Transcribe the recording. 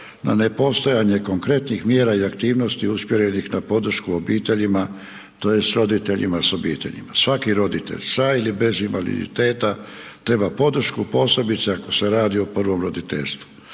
na nepostojanje konkretnih mjera i aktivnosti usmjerenih na podršku obiteljima tj. roditeljima s obiteljima. Svaki roditelj sa ili bez invaliditeta treba podršku, posebice ako se radi o prvom roditeljstvu,